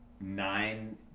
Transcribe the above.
nine